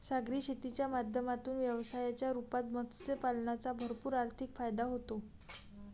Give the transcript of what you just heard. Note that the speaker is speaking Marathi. सागरी शेतीच्या माध्यमातून व्यवसायाच्या रूपात मत्स्य पालनाचा भरपूर आर्थिक फायदा होतो